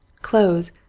clothes,